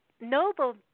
noble –